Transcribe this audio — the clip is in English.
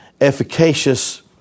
efficacious